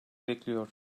bekliyor